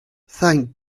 thank